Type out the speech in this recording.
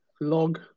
log